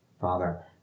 Father